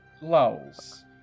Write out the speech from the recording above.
Laos